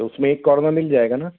उसमें एक कॉर्नर मिल जाएगा ना